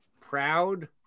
proud